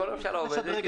כל הממשלה עובדת,